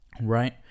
right